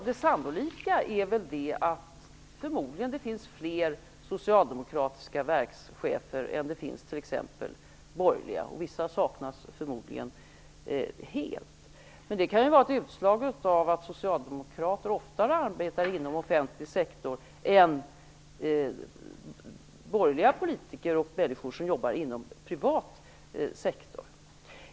Det sannolika är väl att det finns fler socialdemokratiska verkschefer än t.ex. borgerliga, och vissa partier saknas förmodligen helt. Det kan vara ett utslag av att socialdemokrater oftare arbetar inom offentlig sektor än borgerliga politiker och människor som jobbar inom privat sektor.